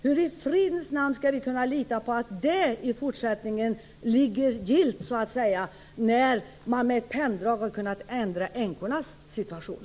Hur i fridens namn skall vi kunna lita på att det i fortsättningen får ligga kvar, när man med ett penndrag har kunnat ändra änkornas situation?